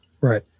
Right